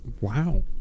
Wow